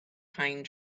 pine